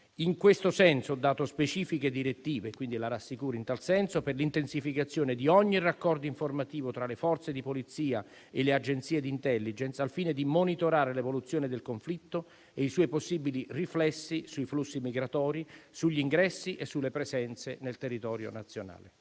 In questo senso ho dato specifiche direttive - quindi la rassicuro in tal senso - per l'intensificazione di ogni raccordo informativo tra le Forze di polizia e le agenzie di *intelligence*, al fine di monitorare l'evoluzione del conflitto e i suoi possibili riflessi sui flussi migratori, sugli ingressi e sulle presenze nel territorio nazionale.